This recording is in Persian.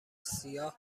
سیاه